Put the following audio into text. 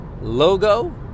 logo